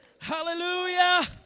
hallelujah